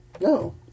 No